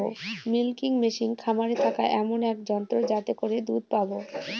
milking machine খামারে থাকা এমন এক যন্ত্র যাতে করে দুধ পাবো